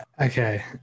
Okay